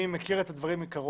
אני מכיר את הדברים מקרוב.